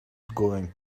going